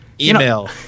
Email